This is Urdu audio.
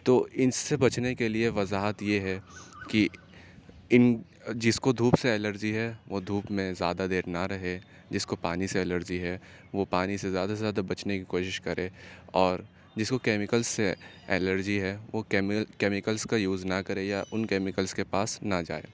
تو ان سے بچنے کے لیے وضاحت یہ ہے کہ ان جس کو دھوپ سے الرجی ہے وہ دھوپ میں زیادہ دیر نہ رہے جس کو پانی سے الرجی ہے وہ پانی سے زیادہ سے زیادہ بچنے کی کوشش کرے اور جس کو کیمکل سے الرجی ہے وہ کیمکلس کا یوز نہ کرے یا ان کیمکلس کے پاس نہ جائے